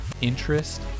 Interest